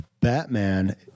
Batman